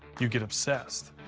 you get obsessed.